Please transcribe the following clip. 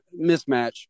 mismatch